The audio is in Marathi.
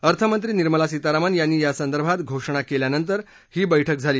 अर्थमंत्री निर्मला सीतारामन यांनी या संदर्भात घोषणा केल्यानंतर ही बैठक झाली